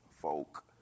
folk